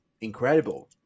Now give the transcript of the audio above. incredible